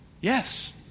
Yes